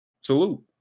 salute